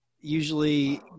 usually